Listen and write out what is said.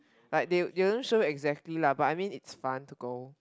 like they they doesn't show you exactly lah but I mean it's fun to go